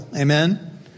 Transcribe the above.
Amen